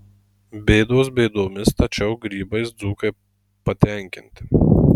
bėdos bėdomis tačiau grybais dzūkai patenkinti